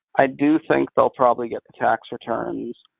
i do think they'll probably get the tax returns.